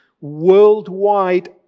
worldwide